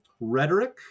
rhetoric